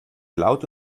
laut